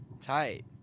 Tight